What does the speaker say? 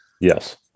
Yes